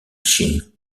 shin